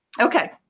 Okay